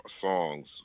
songs